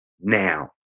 now